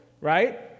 right